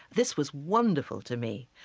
this was wonderful to me,